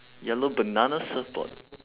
yellow banana surfboard